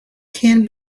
can